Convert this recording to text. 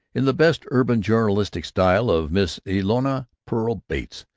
in the best urban journalistic style of miss elnora pearl bates,